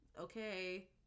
okay